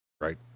right